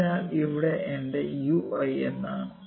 അതിനാൽ ഇവിടെ എന്റെ Ui എന്താണ്